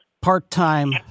part-time